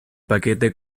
paquete